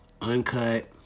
uncut